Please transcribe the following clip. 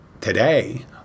today